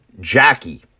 Jackie